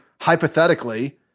hypothetically